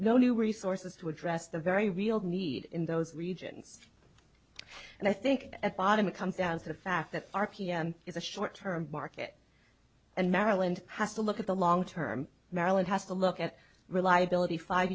no new resources to address the very real need in those regions and i think at bottom it comes down to the fact that r p m is a short term market and maryland has to look at the long term maryland has to look at reliability five